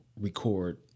record